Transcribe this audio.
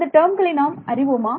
அந்த டேர்ம்களை நாம் அறிவோமா